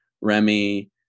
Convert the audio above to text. Remy